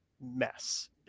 mess